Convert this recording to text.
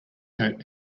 coat